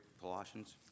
Colossians